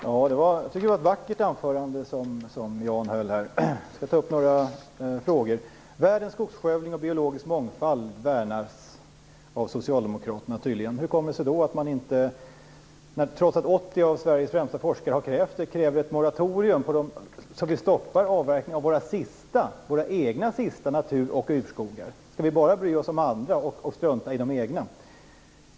Herr talman! Jag tycker att det var ett vackert anförande som Jan Bergqvist höll här. Den biologiska mångfald som hotas av världens skogsskövling värnas av socialdemokraterna, tydligen. Hur kommer det sig då att man inte, trots att 80 av Sveriges främsta forskare har krävt det, kräver ett moratorium så att avverkningen av våra egna sista natur och urskogar stoppas? Skall vi bara bry oss om andra och strunta i våra egna?